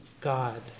God